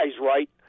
right